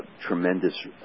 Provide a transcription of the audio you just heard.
tremendous